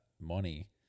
money